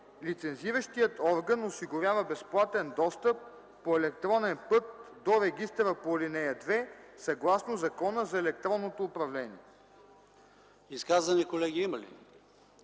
Лицензиращият орган осигурява безплатен достъп по електронен път до регистъра по ал. 2 съгласно Закона за електронното управление.”